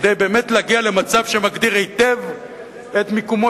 כדי באמת להגיע למצב שמגדיר היטב את מיקומו